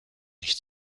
nicht